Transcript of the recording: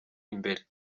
imbere